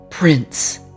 Prince